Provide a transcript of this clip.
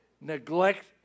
Neglect